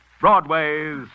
Broadway's